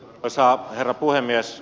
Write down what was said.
arvoisa herra puhemies